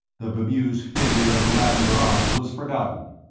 the bemused figure of the lavender arms was forgotten.